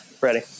Ready